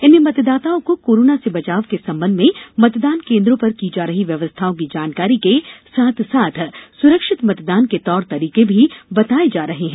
इनमें मतदाताओं को कोरोना से बचाव के संबंध में मतदान केन्द्रों पर की जा रही व्यवस्थाओं की जानकारी के साथ साथ सुरक्षित मतदान के तौर तरीके भी बताये जा रहे हैं